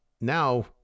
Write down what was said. now